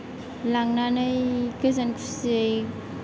लांनानै गोजोन खुसियै